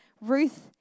Ruth